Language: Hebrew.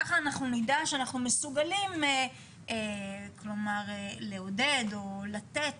ככה אנחנו נדע שאנחנו מסוגלים לעודד או לתת